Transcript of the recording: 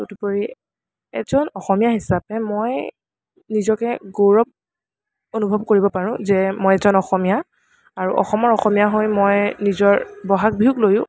তদুপৰি এজন অসমীয়া হিচাপে মই নিজকে গৌৰৱ অনুভৱ কৰিব পাৰোঁ যে মই এজন অসমীয়া আৰু অসমৰ অসমীয়া হৈ মই নিজৰ বহাগ বিহুকলৈও